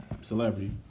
celebrity